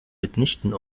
mitnichten